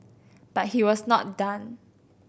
but he was not done